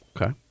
Okay